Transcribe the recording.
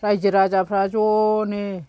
रायजो राजाफ्रा ज'नो